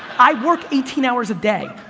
i work eighteen hours a day,